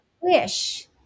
wish